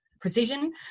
precision